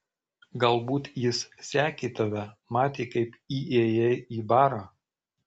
galbūt jis sekė tave matė kaip įėjai į barą